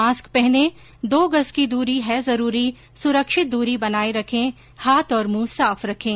mask पहनें दो गज़ की दूरी है जरूरी सुरक्षित दूरी बनाए रखें हाथ और मुंह साफ रखें